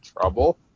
trouble